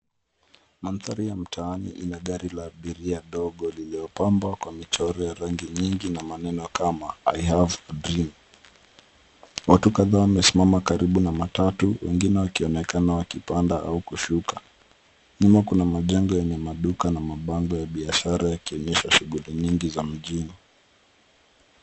Mandhari ya mtaani ina gari la abiria dogo lililopambwa kwa michoro ya rangi nyingi na maneno kama i have a dream . Watu kadhaa wamesimama karibu na matatu wengine wakionekana kupanda au kushuka. Nyuma kuna majengo yenye maduka na mabango ya biashara yakionyesha shughuli nyingi za mjini.